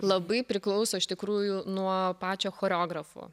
labai priklauso iš tikrųjų nuo pačio choreografo